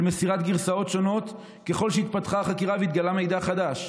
של מסירת גרסאות שונות ככל שהתפתחה החקירה והתגלה מידע חדש.